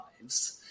lives